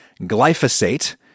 glyphosate